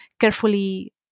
carefully